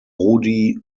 rudi